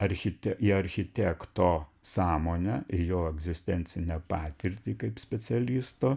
archite į architekto sąmonę ir jo egzistencinę patirtį kaip specialisto